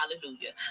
hallelujah